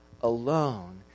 alone